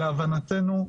להבנתנו,